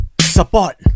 Support